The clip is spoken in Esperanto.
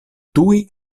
tuj